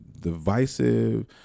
divisive